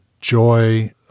joy